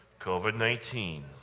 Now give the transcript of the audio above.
COVID-19